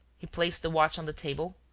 he placed the watch on the table,